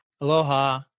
Aloha